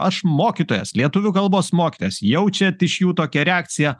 aš mokytojas lietuvių kalbos mokytojas jaučiat iš jų tokią reakciją